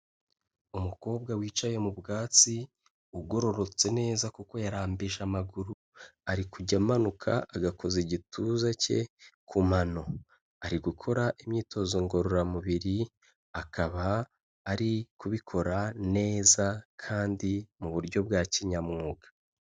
Umukobwa wicaye mu bwatsi, ugororotse neza kuko yarambije amaguru, ari kujya amanuka agakoza igituza cye ku mano. Ari gukora imyitozo ngororamubiri, akaba ari kubikora neza kandi mu buryo bwa kinyamwuga.